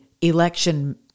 election